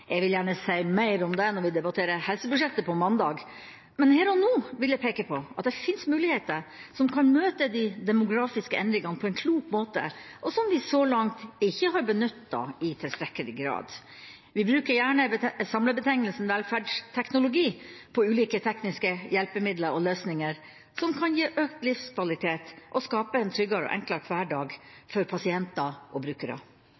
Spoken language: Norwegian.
jeg vil gjerne si mer om det når vi debatterer helsebudsjettet på mandag. Men her og nå vil jeg peke på at det finnes muligheter som kan møte de demografiske endringene på en klok måte, og som vi så langt ikke har benyttet i tilstrekkelig grad. Vi bruker gjerne samlebetegnelsen velferdsteknologi om ulike tekniske hjelpemidler og løsninger som kan gi økt livskvalitet og skape en tryggere og enklere hverdag for pasienter og brukere.